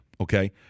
okay